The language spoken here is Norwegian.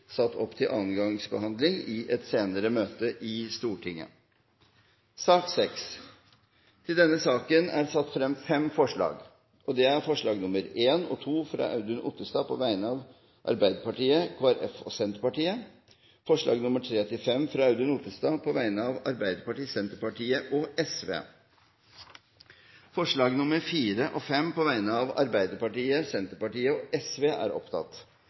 satt opp til andre gangs behandling i et senere møte i Stortinget. Under debatten er det satt frem fem forslag. Det er forslagene nr. 1 og 2, fra Audun Otterstad på vegne av Arbeiderpartiet, Kristelig Folkeparti og Senterpartiet forslagene nr. 3–5, fra Audun Otterstad på vegne av Arbeiderpartiet, Senterpartiet og Sosialistisk Venstreparti Forslagene nr. 4 og 5, fra Arbeiderpartiet, Senterpartiet og